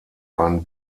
einen